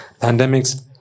pandemics